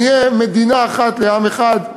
נהיה מדינה אחת לעם אחד,